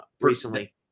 recently